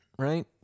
Right